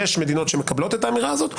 יש מדינות שמקבלות את האמירה הזאת,